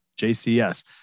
JCS